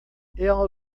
ela